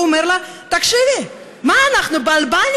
הוא אומר לה: תקשיבי, מה, אנחנו באלבניה?